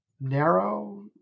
narrow